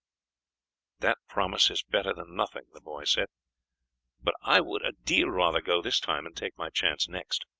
that promise is better than nothing, the boy said but i would a deal rather go this time and take my chance next.